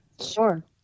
Sure